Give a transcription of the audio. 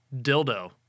dildo